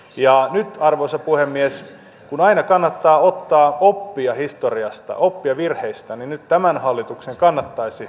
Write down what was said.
ja nyt arvoisa puhemies kun aina kannattaa ottaa oppia historiasta oppia virheistään tämän hallituksen kannattaisi ottaa oppia